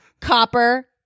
copper